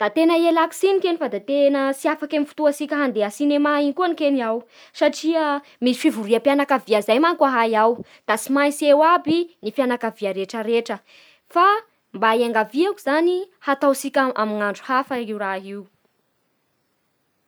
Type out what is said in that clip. Da tena ialako tsiny kegny fa da tena tsy afaky amin'ny fotoantsika handeha cinéma iny koa any kegny aho Satria misy fivoriam-pianakavia zay manko ahay ao, da tsy maintsy eo aby fianakavia rehetrarehetra. Fa mba engaviako zany hataotsika amin'ny andro hafa io raha io.